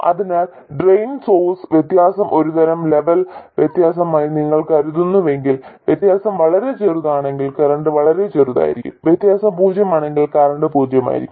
അതിനാൽ drain source വ്യത്യാസം ഒരുതരം ലെവൽ വ്യത്യാസമായി നിങ്ങൾ കരുതുന്നുവെങ്കിൽ വ്യത്യാസം വളരെ ചെറുതാണെങ്കിൽ കറന്റ് വളരെ ചെറുതായിരിക്കും വ്യത്യാസം പൂജ്യമാണെങ്കിൽ കറന്റ് പൂജ്യമായിരിക്കും